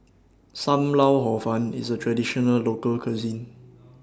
SAM Lau Hor Fun IS A Traditional Local Cuisine